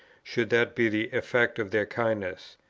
should that be the effect of their kindness.